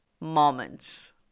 moments